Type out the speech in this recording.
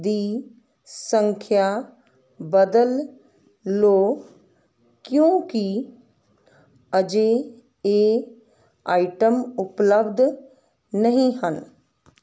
ਦੀ ਸੰਖਿਆ ਬਦਲ ਲੋ ਕਿਉਂਕੀ ਅਜੇ ਏ ਆਈਟਮ ਉਪਲੱਬਧ ਨਹੀਂ ਹਨ